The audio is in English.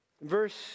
Verse